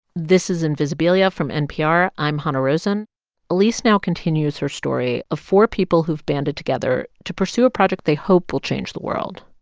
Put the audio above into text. this is invisibilia from npr. i'm hanna rosin alix now continues her story of four people who've banded together to pursue a project they hope will change the world.